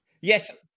Yes